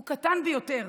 הוא קטן ביותר,